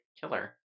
killer